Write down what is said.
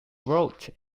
wrote